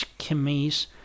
chemise